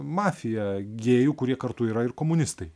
mafija gėjų kurie kartu yra ir komunistai